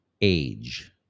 age